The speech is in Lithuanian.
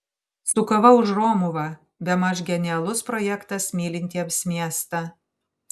su kava už romuvą bemaž genialus projektas mylintiems miestą